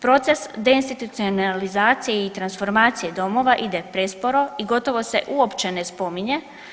Proces deinstitucionalizacije i transformacije domova ide presporo i gotovo se uopće ne spominje.